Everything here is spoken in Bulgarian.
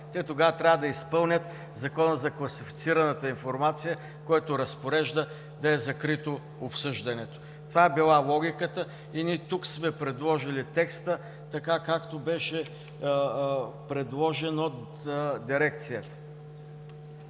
Тогава те трябва да изпълнят Закона за класифицираната информация, който разпорежда обсъждането да е закрито. Това е била логиката и ние тук сме предложили текста така, както беше предложен от дирекцията.